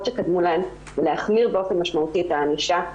שקדמו להם ולהחמיר באופן משמעותי את הענישה.